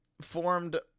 formed